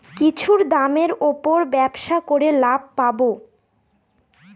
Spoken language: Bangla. কিছুর দামের উপর ব্যবসা করে লাভ পাবো